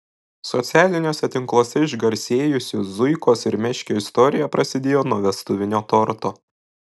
socialiniuose tinkluose išgarsėjusių zuikos ir meškio istorija prasidėjo nuo vestuvinio torto